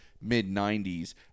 mid-90s